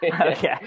Okay